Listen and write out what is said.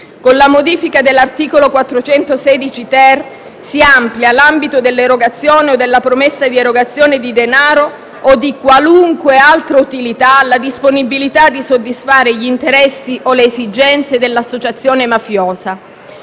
Con la modifica dell'articolo 416-*ter* si amplia l'ambito dell'erogazione o della promessa di erogazione di denaro o di qualunque altra utilità alla disponibilità di soddisfare gli interessi o le esigenze dell'associazione mafiosa.